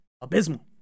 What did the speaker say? abysmal